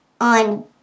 on